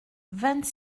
vingt